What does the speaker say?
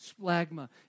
splagma